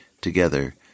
together